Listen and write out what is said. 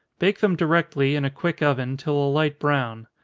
bake them directly, in a quick oven, till a light brown.